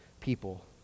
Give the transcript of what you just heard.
people